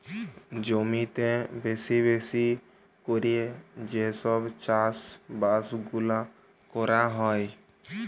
জমিতে বেশি বেশি ক্যরে যে সব চাষ বাস গুলা ক্যরা হ্যয়